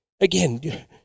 again